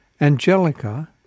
Angelica